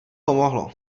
pomohlo